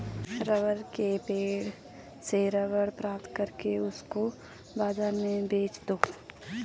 rubber के पेड़ से रबर प्राप्त करके उसको बाजार में बेच दो